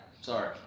Sorry